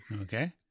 okay